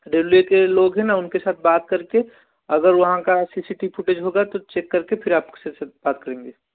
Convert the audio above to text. दिल्ली के लोग है ना उनके साथ बात करके अगर वहाँ का सी सी टी फुटेज होगा तो चेक करके फिर आप से बात करेंगे